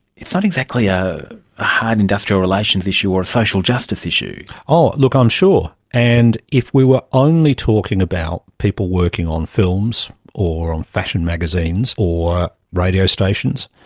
it's not exactly ah a hard industrial relations issue or a social justice issue. look, i'm sure, and if we were only talking about people working on films or on fashion magazines or radio stations,